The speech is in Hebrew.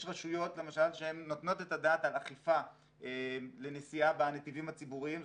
יש רשויות למשל שהן נותנות את הדעת על אכיפה לנסיעה בנתיבים הציבוריים,